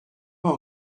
pas